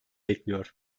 bekliyor